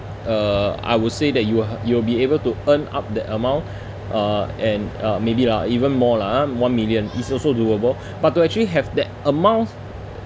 uh I would say that you are you will be able to earn up that amount uh and uh maybe lah even more lah ah one million it's also doable but to actually have that amount